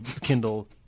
kindle